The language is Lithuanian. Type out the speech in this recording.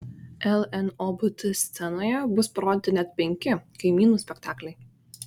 lnobt scenoje bus parodyti net penki kaimynų spektakliai